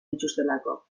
dituztelako